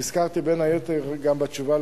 שהזכרתי, בין היתר, גם בתשובה